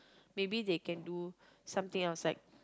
maybe they can do something else like